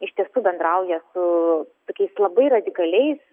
iš tiesų bendrauja su tokiais labai radikaliais